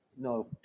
No